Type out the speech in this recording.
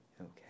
Okay